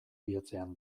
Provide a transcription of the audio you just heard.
bihotzean